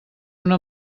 una